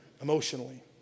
emotionally